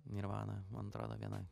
nirvana man atrodo viena